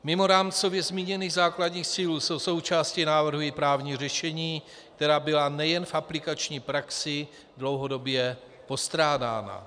Mimo rámcově zmíněných základních cílů jsou součástí návrhu i právní řešení, která byla nejen v aplikační praxi dlouhodobě postrádána.